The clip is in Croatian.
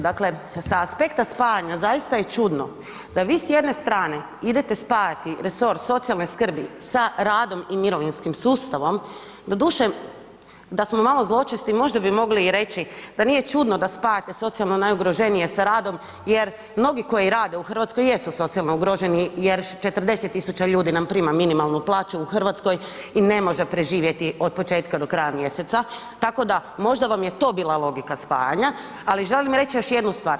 Dakle, sa aspekta spajanja zaista je čudno da vi s jedne strane idete spajati resor socijalne skrbi sa radom i mirovinskim sustavom, doduše, da smo malo zločesti, možda bi mogli i reći da nije čudno da spajate socijalno najugroženije sa radom jer mnogi koji rade u Hrvatskoj jesu socijalno ugroženi jer 40 000 ljudi nam prima minimalnu plaću u Hrvatskoj i ne može preživjeti od početka do kraj mjeseca, tako da možda vam je to bila logika spajanja ali želim reći još jednu stvar.